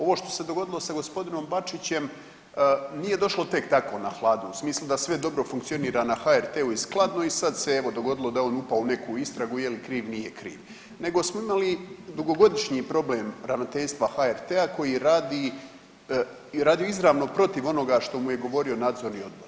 Ovo što se dogodilo sa gospodinom Bačićem nije došlo tek tako na hladu u smislu da sve dobro funkcionira na HRT-u je skladno i sada se evo dogodilo da je on upao u neku istragu je li kriv, nije kriv, nego smo imali dugogodišnji problem ravnateljstva HRT-a koji radi i radio je izravno protiv onoga što mu je govorio Nadzorni odbor.